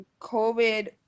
COVID